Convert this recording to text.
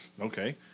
Okay